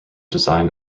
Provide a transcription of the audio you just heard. design